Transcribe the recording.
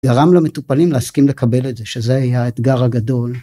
גרם למטופלים להסכים לקבל את זה, שזה היה האתגר הגדול.